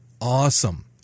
awesome